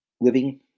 living